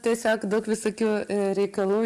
tiesiog daug visokių reikalų